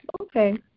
okay